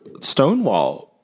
Stonewall